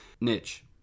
niche